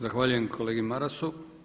Zahvaljujem kolegi Marasu.